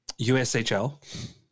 USHL